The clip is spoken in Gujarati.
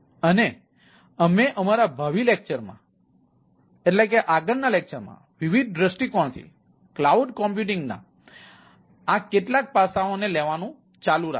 અને અમે અમારા ભાવિ લેક્ચર માં વિવિધ દ્રષ્ટિકોણથી ક્લાઉડ કમ્પ્યુટિંગ ના આ કેટલાક પાસાઓને લેવાનું ચાલુ રાખીશું